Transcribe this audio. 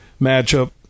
matchup